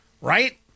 right